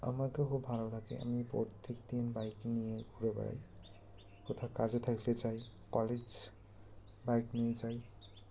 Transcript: আমার খুব ভালো লাগে আমি প্রত্যেকদিন বাইক নিয়ে ঘুরে বেড়াই কোথাও কাজে থাকলে যাই কলেজ বাইক নিয়ে যাই